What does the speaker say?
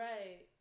Right